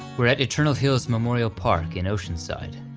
we're at eternal hills memorial park in oceanside,